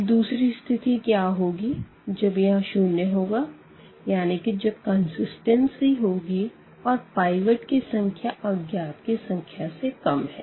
अब दूसरी स्थिति क्या होगी जब यहाँ शून्य होगा यानी कि जब कंसिस्टेंसी होगी और पाइवट की संख्या अज्ञात की संख्या से कम है